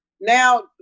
now